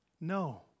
No